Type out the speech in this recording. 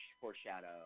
foreshadow